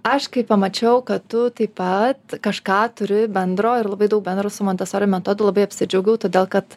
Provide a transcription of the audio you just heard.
aš kai pamačiau kad tu taip pat kažką turi bendro ir labai daug bendro su montesori metodu labai apsidžiaugiau todėl kad